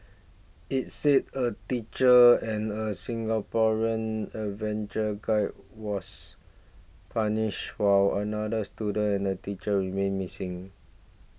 it said a teacher and a Singaporean adventure guide was punished while another student and a teacher remain missing